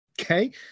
Okay